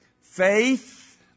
Faith